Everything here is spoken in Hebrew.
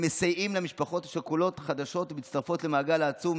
הם מסייעים למשפחות שכולות חדשות המצטרפות למעגל העצוב הזה,